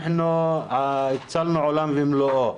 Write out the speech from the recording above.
אנחנו הצלנו עולם ומלואו,